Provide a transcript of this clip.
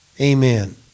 Amen